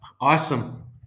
Awesome